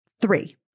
three